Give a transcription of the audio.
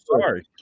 sorry